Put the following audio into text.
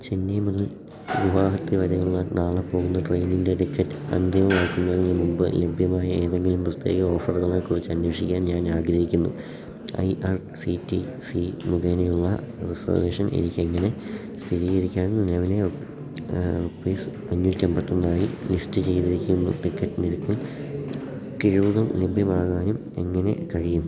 ചെന്നൈ മുതൽ ഗുവാഹത്തി വരെയുള്ള നാളെ പോകുന്ന ട്രെയിനിൻ്റെ ടിക്കറ്റ് അന്തിമമാക്കുന്നതിന് മുമ്പ് ലഭ്യമായ ഏതെങ്കിലും പ്രത്യേക ഓഫറുകളെ കുറിച്ചന്വേഷിക്കാൻ ഞാൻ ആഗ്രഹിക്കുന്നു I R C T C മുഖേനയുള്ള റിസർവേഷൻ എനിക്കെങ്ങനെ സ്ഥിരീകരിക്കാൻ രാവിലെയോ ഫീസ് അഞ്ഞൂറ്റമ്പത്തൊന്നായി ലിസ്റ്റ് ചെയ്തിരിക്കുന്നു ടിക്കറ്റ് നിരക്കിൽ കിഴിവുകൾ ലഭ്യമാകാനും എങ്ങനെ കഴിയും